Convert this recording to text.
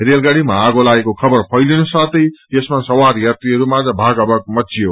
रेलबाड़ीमा आगो लागेको खबर फैलिनसाथै यसमा सवार यात्रीहरूमाझ भागाभाग मच्चियो